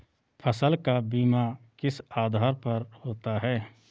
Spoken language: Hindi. फसल का बीमा किस आधार पर होता है?